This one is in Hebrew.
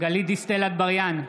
גלית דיסטל אטבריאן,